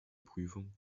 prüfung